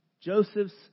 Joseph's